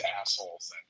assholes